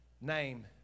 name